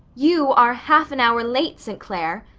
you are half an hour late, st. clair,